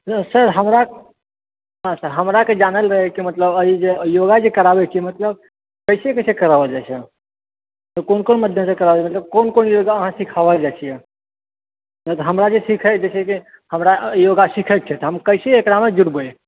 sir हमरा हँ sir हमराके जानल रहै कि मतलब अथी जे योगा जे कराबै छिऐ मतलब कैसे कैसे करवाओल जाइत छै कोन कोन माध्यमसँ कराएल मतलब कोन कोन योगा अहाँ सिखाबए वला छियै हमरा जे सिखएके छै हमरा योगा सिखएके छै तऽ हम कैसे एकरामे जुड़बै